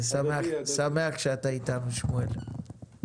אני שמח שאתה איתנו, שמואל.